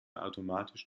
automatisch